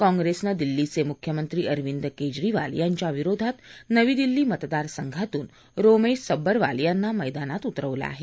काँप्रेसनं दिल्लीचे मुख्यमंत्री अरविंद केजरीवाल यांच्याविरोधात नवी दिल्ली मतदारसंघातून रोमेश सब्बरवाल यांना मद्दीनात उतरवल आहे